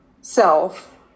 self